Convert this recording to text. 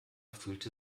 fühlte